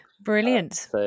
brilliant